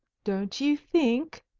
don't you think,